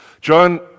John